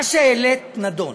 מה שהעלית, נדון,